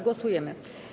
Głosujemy.